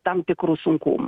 tam tikrų sunkumų